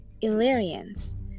Illyrians